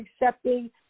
accepting